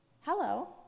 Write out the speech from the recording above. Hello